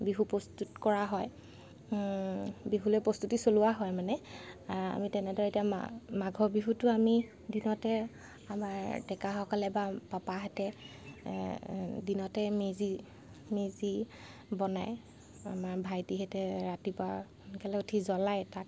বিহু প্ৰস্তুত কৰা হয় বিহুলৈ প্ৰস্তুতি চলোৱা হয় মানে আমি তেনেদৰে এতিয়া মাঘৰ বিহুতো আমি দিনতে আমাৰ ডেকাসকলে বা পাপাহঁতে দিনতে মেজি মেজি বনায় আমাৰ ভাইটীহঁতে ৰাতিপুৱা সোনকালে উঠি জলায় তাক